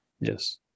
Yes